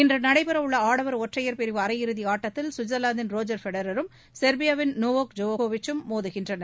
இன்று நடைபெறவுள்ள ஆடவர் ஒற்றையர் பிரிவு அரையிறுதி ஆட்டத்தில் சுவிட்சர்வாந்தின் ரோஜர் ஃபெடரரும் செர்பியாவின் நோவோக் ஜோக்கோவிச்சும் மோதுகின்றனர்